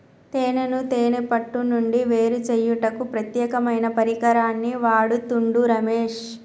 తేనెను తేనే పట్టు నుండి వేరుచేయుటకు ప్రత్యేకమైన పరికరాన్ని వాడుతుండు రమేష్